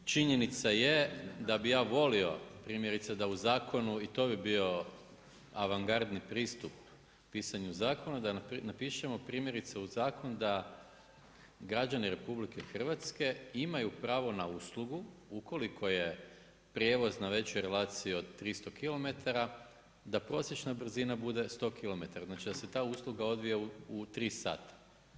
Činjenica je da bi ja volio primjerice da u zakonu i to bi bio avangardni pristup pisanju zakona, da napišemo primjerice u zakon da građani RH imaju pravo na uslugu ukoliko je prijevoz na većoj relaciji od 300 kilometara, da prosječna brzina bude 100 kilometara, znači da se ta usluga odvija u 3 sata.